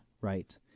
right